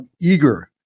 eager